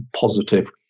positive